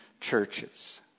churches